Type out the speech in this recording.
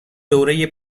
دوره